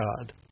God